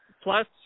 Plus